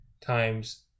times